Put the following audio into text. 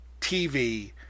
TV